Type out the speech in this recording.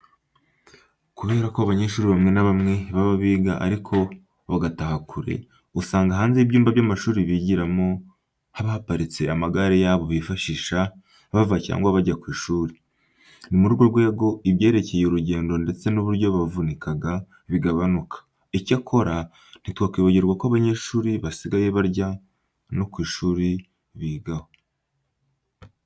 Kubera ko abanyeshuri bamwe na bamwe baba biga ariko bagataha kure, usanga hanze y'ibyumba by'amashuri bigiramo haba haparitse amagare yabo bifashisha bava cyangwa bajya ku ishuri. Ni muri urwo rwego ibyerekeye urugendo ndetse n'uburyo bavunikaga, bigabanuka. Icyakora, ntitwakwibagirwa ko abanyeshuri basigaye barya no ku ishuri bigaho.